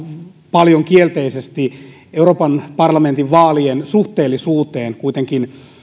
paljon kielteisesti euroopan parlamentin vaalien suhteellisuuteen kuitenkin